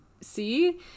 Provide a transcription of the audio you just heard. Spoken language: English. see